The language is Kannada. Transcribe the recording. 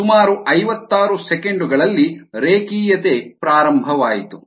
ಸುಮಾರು ಐವತ್ತಾರು ಸೆಕೆಂಡು ಗಳಲ್ಲಿ ರೇಖೀಯತೆ ಪ್ರಾರಂಭವಾಯಿತು